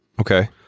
okay